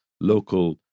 local